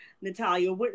Natalia